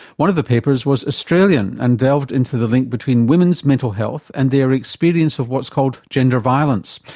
one of the papers was australian and delved into the link between women's mental health and their experience of what's called gender violence.